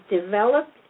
developed